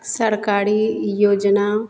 सरकारी योजना